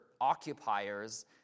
occupiers